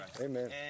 Amen